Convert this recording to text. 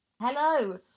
hello